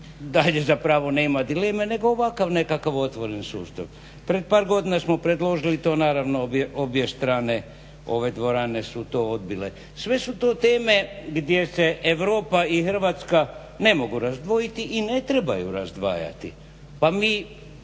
dalje zapravo nema dileme nego ovakav nekakav otvoreni sustav? Pred par godina smo predložili to naravno obje strane ove dvorane su to odbile. Sve su to teme gdje se Europa i Hrvatska ne mogu razdvojiti i ne trebaju razdvajati. Pa mi